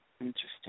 Interesting